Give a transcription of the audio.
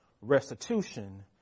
restitution